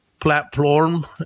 platform